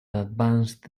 advanced